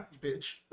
Bitch